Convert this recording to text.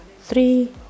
three